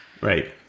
right